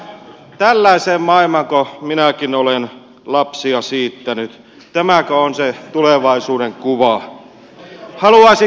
ihan mietin että tällaiseen maailmaanko minäkin olen lapsia siittänyt tämäkö on se tulevaisuudenkuva